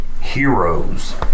heroes